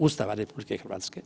Ustava RH.